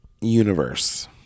universe